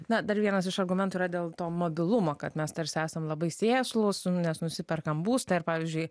na dar vienas iš argumentų yra dėl to mobilumo kad mes tarsi esam labai sėslūs nes nusiperkam būstą ir pavyzdžiui